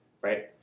right